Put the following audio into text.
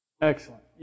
Excellent